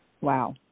Wow